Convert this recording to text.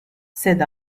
said